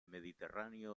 mediterráneo